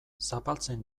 zapaltzen